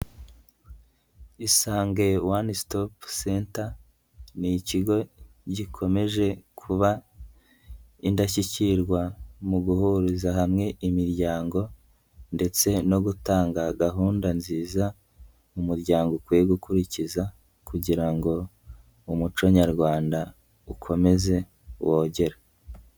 Isange one stop center ni ikigo gikomeje kuba indashyikirwa mu guhuriza hamwe imiryango ndetse no gutanga gahunda nziza umuryango ukwiye gukurikiza kugira ngo umuco nyarwanda ukomeze wogere.